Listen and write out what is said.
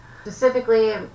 Specifically